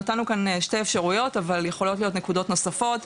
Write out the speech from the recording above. נתנו כאן שתי אפשרויות אבל יכולות להיות נקודות נוספות.